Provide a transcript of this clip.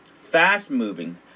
fast-moving